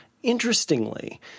Interestingly